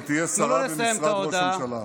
שתהיה שרה במשרד ראש הממשלה.